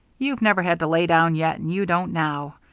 you've never had to lay down yet, and you don't now.